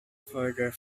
further